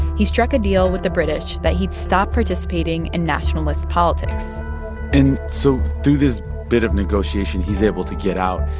he struck a deal with the british that he'd stop participating in nationalist politics and so through this bit of negotiation, he's able to get out.